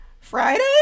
friday